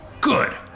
Good